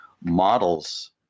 models